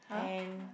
and